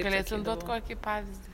galėtum duot kokį pavyzdį